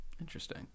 Interesting